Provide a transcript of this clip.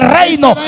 reino